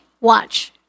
watch